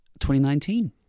2019